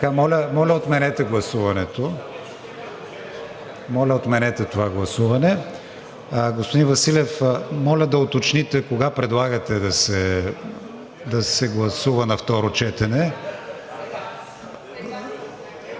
Мустафа Карадайъ.) Моля, отменете това гласуване. Господин Василев, моля да уточните кога предлагате да се гласува на второ четене.